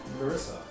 Marissa